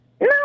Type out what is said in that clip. No